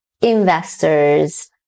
investors